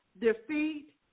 defeat